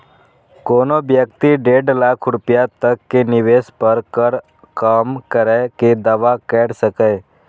कोनो व्यक्ति डेढ़ लाख रुपैया तक के निवेश पर कर कम करै के दावा कैर सकैए